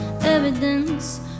evidence